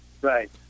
right